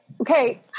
Okay